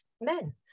men